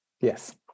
Yes